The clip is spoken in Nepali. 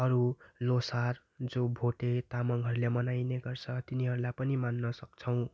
अरू लोसार जो भोटे तामाङहरूले मनाइने गर्छ तिनीहरूलाई पनि मान्न सक्छौँ